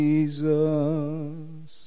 Jesus